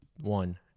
one